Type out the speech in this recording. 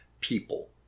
people